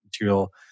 material